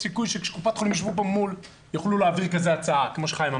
יש סיכוי שאם קופות החולים יישבו כאן מולכם אפשר יהיה להעביר הצעה כזאת.